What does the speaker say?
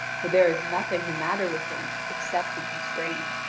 for there is nothing the matter with him except in his brain.